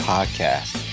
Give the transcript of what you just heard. Podcast